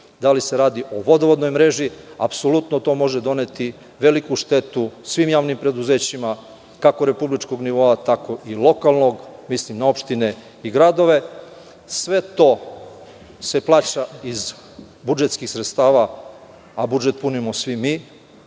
da li se radio o vodovodnoj mreži, apsolutno to može doneti veliku štetu svim javnim preduzećima kako republičkog nivoa tako i lokalnog, mislim da opštine i gradove. Sve to se plaća iz budžetskih sredstava, a budžet punimo svi mi.